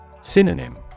Synonym